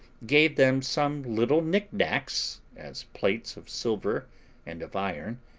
gave them some little knick-knacks, as plates of silver and of iron,